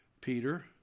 Peter